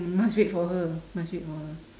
must wait for her must wait for her